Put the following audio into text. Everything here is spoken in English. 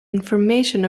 information